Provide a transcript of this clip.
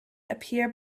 appear